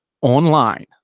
online